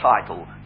title